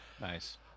nice